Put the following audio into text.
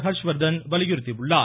ஹர்ஷ்வர்த்தன் வலியுறுத்தியுள்ளார்